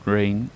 Rain